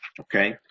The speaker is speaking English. okay